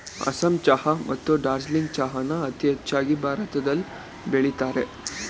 ಅಸ್ಸಾಂ ಚಹಾ ಮತ್ತು ಡಾರ್ಜಿಲಿಂಗ್ ಚಹಾನ ಅತೀ ಹೆಚ್ಚಾಗ್ ಭಾರತದಲ್ ಬೆಳಿತರೆ